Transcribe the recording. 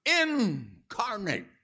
incarnate